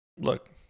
Look